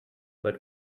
but